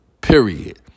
Period